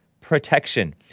protection